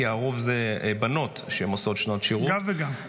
כי הרוב זה בנות שהן עושות שנת שירות --- גם וגם.